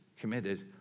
committed